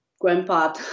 grandpa